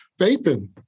vaping